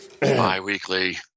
Bi-weekly